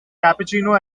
cappuccino